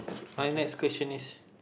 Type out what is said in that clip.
my next question is